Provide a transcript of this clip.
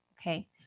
Okay